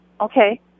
okay